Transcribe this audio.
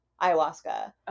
ayahuasca